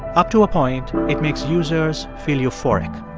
up to a point, it makes users feel euphoric.